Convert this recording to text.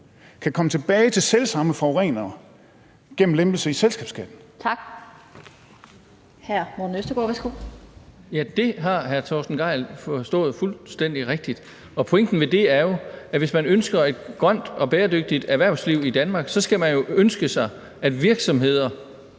(Annette Lind): Tak. Hr. Morten Østergaard, værsgo. Kl. 14:04 Morten Østergaard (RV): Ja, det har hr. Torsten Gejl forstået fuldstændig rigtigt, og pointen med det er jo, at hvis man ønsker et grønt og bæredygtigt erhvervsliv i Danmark, skal man ønske sig, at virksomheder,